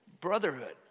brotherhood